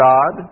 God